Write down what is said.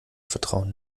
vertrauen